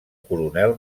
coronel